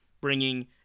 bringing